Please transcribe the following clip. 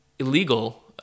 illegal